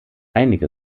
einige